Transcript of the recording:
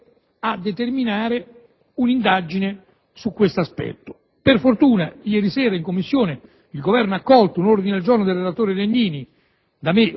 a determinare un'indagine su questo aspetto. Per fortuna ieri sera in Commissione il Governo ha accolto un ordine del giorno del relatore Legnini, da me